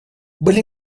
были